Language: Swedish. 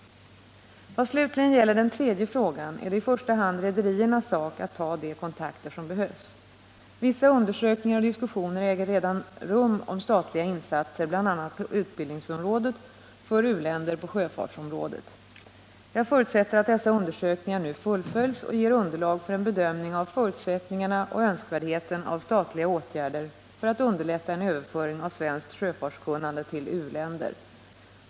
Vad slutligen gäller den tredje frågan är det i första hand rederiernas sak att ta de kontakter som behövs. Vissa undersökningar och diskussioner äger redan rum om statliga insatser bl.a. på utbildningsområdet för u-länder på sjöfartsområdet. Jag förutsätter att dessa undersökningar nu fullföljs och ger underlag för en bedömning av förutsättningarna för och önskvärdheten av statliga åtgärder för att underlätta en överföring av svenskt sjöfartskunnande till u-länder.